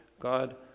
God